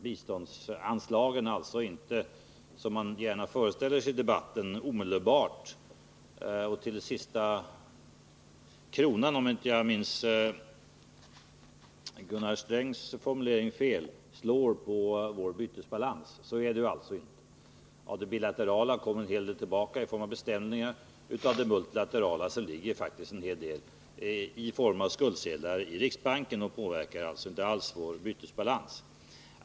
Biståndsutgifterna slår inte, som Gunnar Sträng sade en gång, till sista kronan på bytesbalansen. Av det bilaterala kommer en hel del tillbaka i form av beställningar, och av det multilaterala ligger faktiskt en hel del i skuldsedlar i riksbanken och påverkar därför inte alls vår bytesbalans.